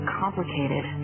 complicated